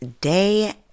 day